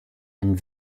and